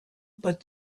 but